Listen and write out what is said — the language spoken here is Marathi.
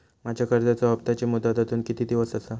माझ्या कर्जाचा हप्ताची मुदत अजून किती दिवस असा?